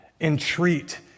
Entreat